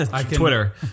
Twitter